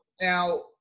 now